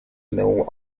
mill